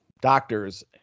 doctors